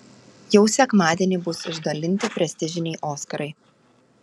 jau sekmadienį bus išdalinti prestižiniai oskarai